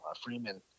Freeman